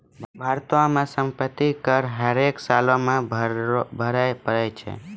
भारतो मे सम्पति कर हरेक सालो मे भरे पड़ै छै